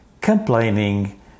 complaining